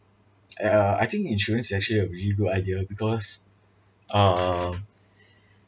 I err I think insurance is actually a really good idea because uh